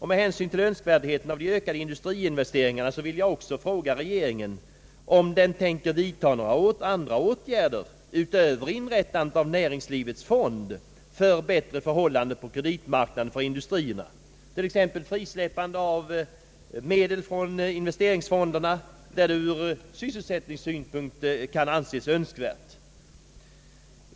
Med hänsyn till önskvärdheten av ökade industriinvesteringar vill jag också fråga regeringen om den tänker vidta några andra åtgärder — utöver inrättandet av näringslivets fond — för bättre förhållanden på kreditmarknaden för industriernas del, t.ex. genom frisläppande av medel från investeringsfonderna då det ur sysselsättningssynpunkt kan anses önskvärt?